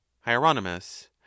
hieronymus